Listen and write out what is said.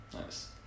Nice